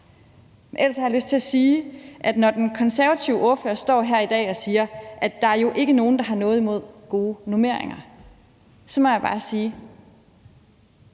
Ellers har jeg lyst til at sige: Når den konservative ordfører står her i dag og siger, at der jo ikke er nogen, der har noget imod gode normeringer, så må jeg bare sige,